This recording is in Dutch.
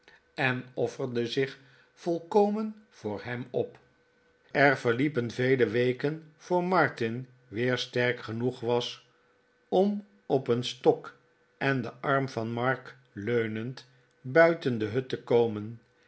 en offerde zich volkomen voor hem op maarten chuzzlewi't er verliepen vele weken voor martin weer sterk genoeg was om op een stok en den arm van mark leunend buiten de hut te komen